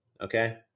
okay